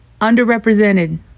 underrepresented